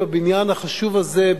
בבניין החשוב הזה,